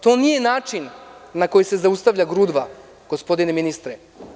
To nije način na koji se zaustavlja grudva, gospodine ministre.